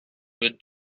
with